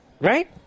right